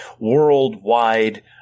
worldwide